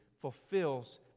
fulfills